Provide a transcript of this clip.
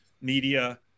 media